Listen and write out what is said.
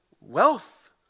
wealth